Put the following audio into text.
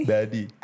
Daddy